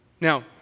Now